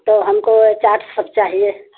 तो हमको चाट सब चाहिये